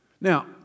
Now